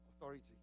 Authority